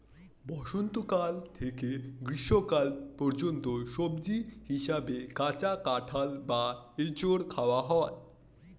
বসন্তকাল থেকে গ্রীষ্মকাল পর্যন্ত সবজি হিসাবে কাঁচা কাঁঠাল বা এঁচোড় খাওয়া হয়